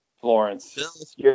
Florence